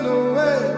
away